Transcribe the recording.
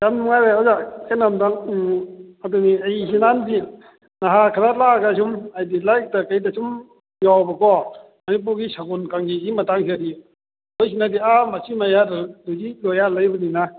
ꯌꯥꯝ ꯅꯨꯉꯥꯏꯔꯦ ꯑꯣꯖꯥ ꯀꯩꯅꯣꯝꯇꯪ ꯑꯗꯨꯅꯤ ꯑꯩꯁꯨ ꯅꯍꯥꯟꯗꯤ ꯅꯍꯥ ꯈꯔ ꯂꯥꯛꯑꯒ ꯁꯨꯝ ꯍꯥꯏꯗꯤ ꯂꯥꯏꯔꯤꯛꯇ ꯀꯩꯗ ꯁꯨꯝ ꯌꯥꯎꯕꯀꯣ ꯃꯅꯤꯄꯨꯔꯒꯤ ꯁꯒꯣꯜ ꯀꯥꯡꯖꯩꯁꯤꯒꯤ ꯃꯇꯥꯡꯁꯤꯗꯗꯤ ꯑꯩꯈꯣꯏꯁꯤꯅꯗꯤ ꯑꯥ ꯃꯆꯤ ꯃꯌꯥꯗ ꯂꯣꯏꯖꯤꯡ ꯂꯣꯌꯥ ꯂꯩꯕꯅꯤꯅ